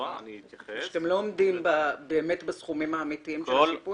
לא באמת עומדים בסכומים האמיתיים של השיפוי,